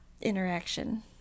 interaction